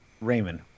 Raymond